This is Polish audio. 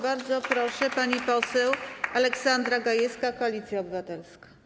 Bardzo proszę, pani poseł Aleksandra Gajewska, Koalicja Obywatelska.